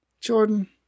Jordan